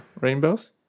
rainbows